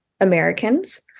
Americans